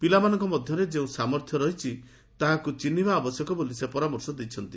ପିଲାମାନଙ୍କ ମଧ୍ଧରେ ଯେଉଁ ସାମର୍ଥ୍ୟ ରହିଛି ତାହାକ ଚିହିବା ଆବଶ୍ୟକ ବୋଲି ସେ ପରାମର୍ଶ ଦେଇଛନ୍ତି